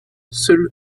seuls